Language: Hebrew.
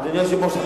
אדוני היושב-ראש,